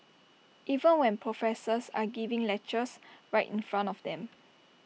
even when professors are giving lectures right in front of them